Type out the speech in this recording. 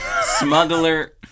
smuggler